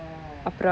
oh